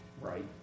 Right